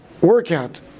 workout